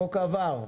החוק אושר.